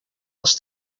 els